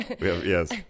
yes